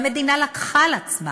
והמדינה לקחה על עצמה